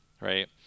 right